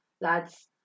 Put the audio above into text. lads